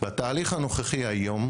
בתהליך הנוכחי היום,